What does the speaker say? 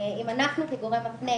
אם אנחנו כגורם מפנה,